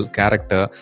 character